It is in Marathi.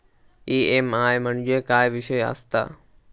ई.एम.आय म्हणजे काय विषय आसता?